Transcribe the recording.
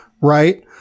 Right